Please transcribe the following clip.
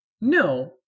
No